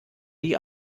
die